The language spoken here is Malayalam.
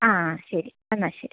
ആ ശരി എന്നാൽ ശരി